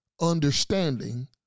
understanding